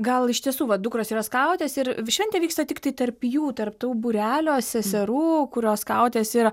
gal iš tiesų va dukros yra skautės ir šventė vyksta tiktai tarp jų tarp tų būrelio seserų kurios skautės yra